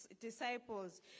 disciples